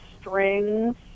strings